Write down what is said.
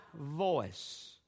voice